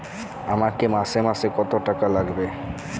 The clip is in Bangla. আমাকে মাসে মাসে কত টাকা লাগবে?